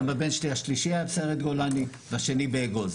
גם הבן שלי השלישי היה בסיירת גולני, השני באגוז.